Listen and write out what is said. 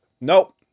Nope